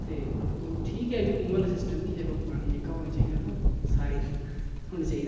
ते प ठीक ऐ एह् बी कुएं आह्ला सिस्टम बी जे लोक पानी जेह्का होना चाहिदा सारें गी थ्होना चाहिदा